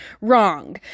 Wrong